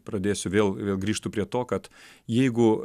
pradėsiu vėl vėl grįžtu prie to kad jeigu